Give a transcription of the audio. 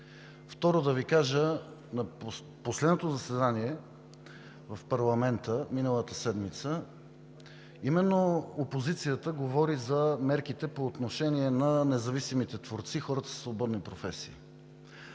Второ, на последното заседание в парламента миналата седмица именно опозицията говори за мерките по отношение на независимите творци – хората със свободни професии.